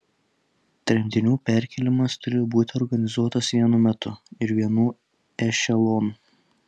tremtinių perkėlimas turi būti organizuotas vienu metu ir vienu ešelonu